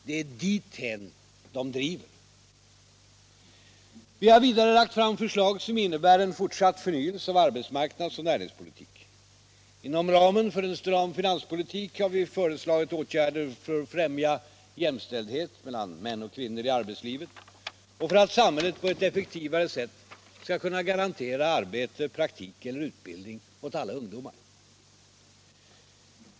Det är dithän den driver den. Vi har vidare lagt fram förslag som innebär en fortsatt förnyelse av arbetsmarknads och näringspolitiken. Inom ramen för en stram finanspolitik har vi föreslagit åtgärder för att främja jämställdhet mellan män och kvinnor i arbetslivet och för att samhället på ett effektivare sätt skall kunna garantera arbete, praktik eller utbildning åt alla ungdomar.